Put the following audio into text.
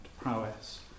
prowess